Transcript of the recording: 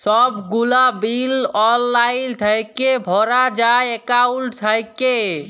ছব গুলা বিল অললাইল থ্যাইকে ভরা যায় একাউল্ট থ্যাইকে